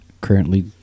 currently